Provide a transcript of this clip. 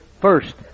first